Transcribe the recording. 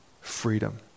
freedom